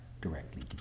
directly